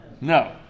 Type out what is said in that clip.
No